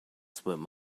swim